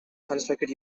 constructed